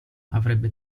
avrebbe